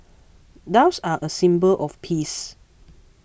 doves are a symbol of peace